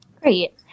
Great